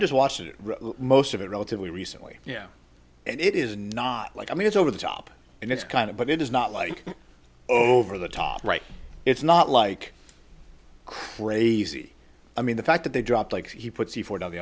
it most of it relatively recently yeah and it is not like i mean it's over the top and it's kind of but it is not like over the top right it's not like crazy i mean the fact that they drop like he puts the ford on the